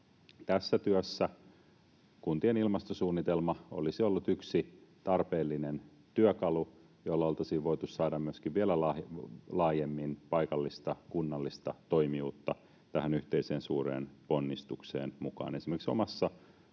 Tässä työssä kuntien ilmastosuunnitelma olisi ollut yksi tarpeellinen työkalu, jolla oltaisiin voitu saada myöskin vielä laajemmin paikallista, kunnallista toimijuutta tähän yhteiseen suureen ponnistukseen mukaan.